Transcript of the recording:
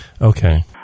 Okay